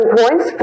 points